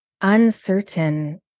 uncertain